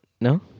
No